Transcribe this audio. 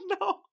no